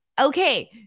Okay